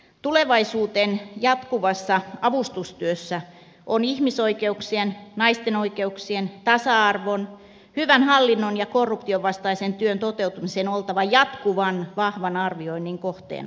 tulevaisuuteen jatkuvassa avustustyössä on ihmisoikeuk sien naisten oikeuksien tasa arvon hyvän hallinnon ja korruption vastaisen työn toteutumisen oltava jatkuvan vahvan arvioinnin kohteena